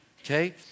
Okay